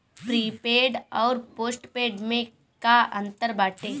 Prepaid अउर postpaid में का अंतर बाटे?